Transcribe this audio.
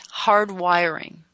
hardwiring